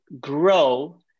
grow